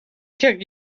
took